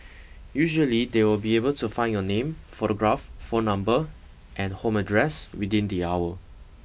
usually they will be able to find your name photograph phone number and home address within the hour